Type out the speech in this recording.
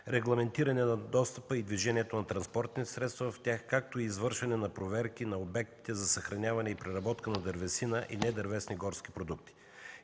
регламентиране на достъпа и движението на транспортни средства в тях, както и извършване на проверки на обектите за съхраняване и преработка на дървесина и недървесни горски продукти.